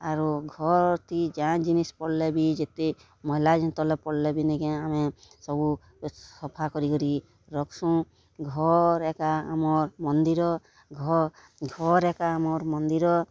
ଆରୁ ଘର୍ ଥି ଯାଏଁ ଜିନିଷ୍ ପଡ଼ଲେ ବି ଯେତେ ମଏଲା ଯେନ୍ ତଲେ ପଡ଼ଲେ ବି ନାଇଁକେ ଆମେ ସବୁ ସଫା କରି କରି ରଖସୁଁ ଘର୍ ଏକା ଆମର୍ ମନ୍ଦିର ଘର୍ ଘର୍ ଏକା ଆମ ମନ୍ଦିର